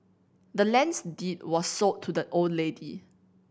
the land's deed was sold to the old lady